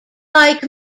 like